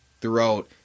throughout